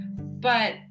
But-